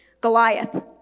goliath